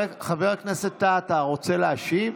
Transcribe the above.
חבר הכנסת טאהא, אתה רוצה להשיב?